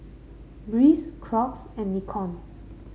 Breeze Crocs and Nikon